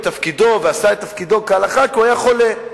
תפקידו ולא עשה את תפקידו כהלכה היא שהוא היה חולה.